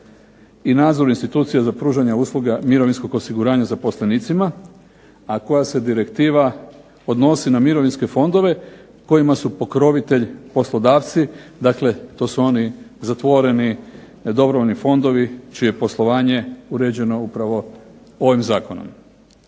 i nadzoru institucija za pružanje usluga mirovinskog osiguranja zaposlenicima, a koja se direktiva odnosi na mirovinske fondove, kojima su pokrovitelj poslodavci, dakle to su oni zatvoreni dobrovoljni fondovi, čije poslovanje uređeno upravo ovim zakonom.